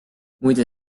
muide